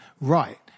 right